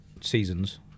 seasons